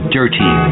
dirty